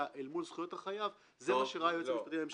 אל מול זכויות החייב זה מה שראה היועץ המשפטי לממשלה.